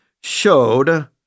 showed